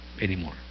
anymore